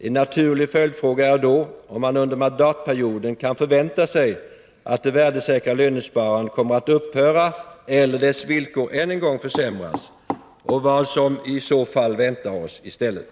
En naturlig följdfråga är då om man under mandatperioden kan förvänta sig att det värdesäkra lönesparandet kommer att upphöra eller dess villkor än en gång försämras och vad som i så fall väntar oss i stället.